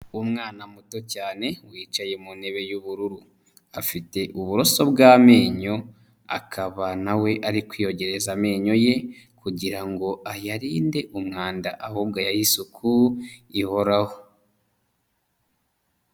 Umwana muto cyane wicaye mu ntebe y'ubururu, afite uburoso bw'amenyo akaba nawe ari kwiyogereza amenyo ye, kugirango ayarinde umwanda ahubwo ayahe isuku ihoraho.